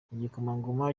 igikomangoma